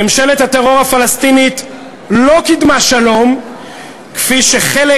ממשלת הטרור הפלסטינית לא קידמה שלום כפי שחלק